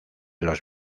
los